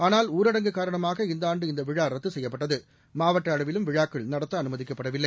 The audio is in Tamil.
ஆனால்ஹரடப்கு காரணமாக இந்தஆன்டு இந்தவிழாரத்துசெய்யப்பட்டதுமாவட்டஅளவிலும் விழாக்கள் நடத்தஅமைதிக்கப்படவில்லை